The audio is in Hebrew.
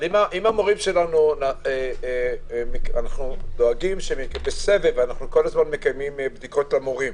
אם המורים שלנו דואגים בסבב אנחנו כל הזמן מקיימים בדיקות למורים.